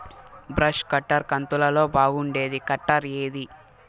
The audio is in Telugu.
బ్రష్ కట్టర్ కంతులలో బాగుండేది కట్టర్ ఏది?